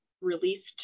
released